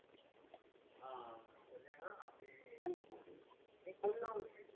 अंजी अंजी